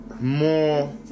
more